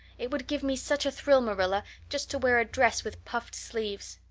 it would give me such a thrill, marilla, just to wear a dress with puffed sleeves.